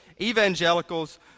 evangelicals